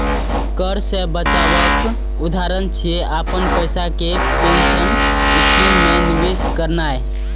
कर सं बचावक उदाहरण छियै, अपन पैसा कें पेंशन स्कीम मे निवेश करनाय